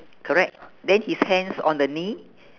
correct then his hands on the knee